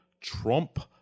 trump